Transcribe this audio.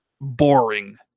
boring